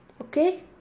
Okay